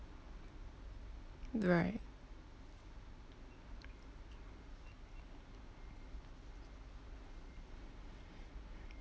right